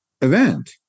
event